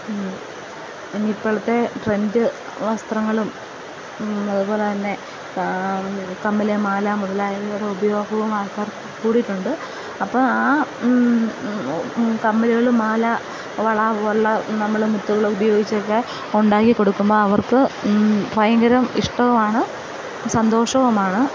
പിന്നെ ഇപ്പോഴത്തെ ട്രെൻഡ് വസ്ത്രങ്ങളും അതുപോലെതന്നെ കമ്മല് മാല മുതലായവയുടെ ഉപയോഗവും ആൾക്കാർക്ക് കൂടിയിട്ടുണ്ട് അപ്പോള് ആ കമ്മലുകളും മാല വള അതുപോലുള്ള നമ്മള് മുത്തുകള് ഉപയോഗിച്ചൊക്കെ ഉണ്ടാക്കിക്കൊടുക്കുമ്പോള് അവർക്ക് ഭയങ്കരം ഇഷ്ടവുമാണ് സന്തോഷവുമാണ്